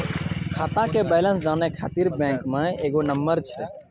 खाता के बैलेंस जानै ख़ातिर बैंक मे एगो नंबर छै?